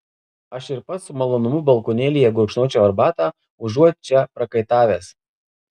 aš ir pats su malonumu balkonėlyje gurkšnočiau arbatą užuot čia prakaitavęs